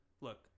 look